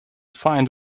find